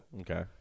Okay